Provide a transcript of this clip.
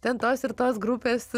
ten tos ir tos grupės